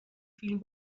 فیلم